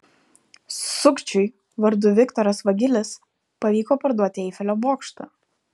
sukčiui vardu viktoras vagilis pavyko parduoti eifelio bokštą